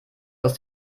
aus